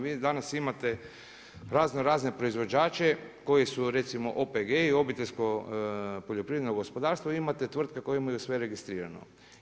Vi danas imate razno razne proizvođače koji su recimo OPG, obiteljsko poljoprivredno gospodarstvo, vi imate tvrtke koje imaju sve registrirano.